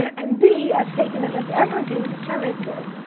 and b, as taking them as ever being determinative.